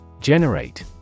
Generate